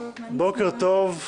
בוקר טוב,